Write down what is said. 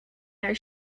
their